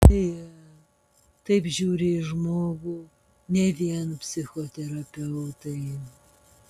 beje taip žiūri į žmogų ne vien psichoterapeutai